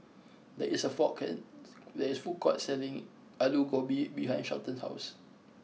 there is a food court there is food court selling Aloo Gobi behind Shelton's house